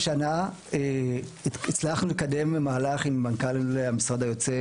לפני שנה הצלחנו לקדם מהלך עם מנכ"ל המשרד היוצר,